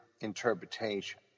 interpretation